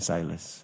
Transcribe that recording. Silas